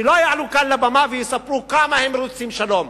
שלא יעלו כאן לבמה ויספרו כמה רוצים שלום.